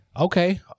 okay